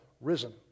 risen